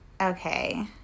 Okay